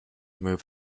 move